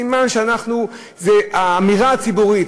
סימן שזאת האמירה הציבורית.